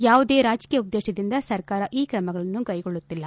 ಯಾವುದೇ ರಾಜಕೀಯ ಉದ್ದೇಶದಿಂದ ಸರ್ಕಾರ ಈ ಕ್ರಮಗಳನ್ನು ಕ್ಲೆಗೊಳ್ಳುತ್ತಿಲ್ಲ